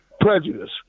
prejudice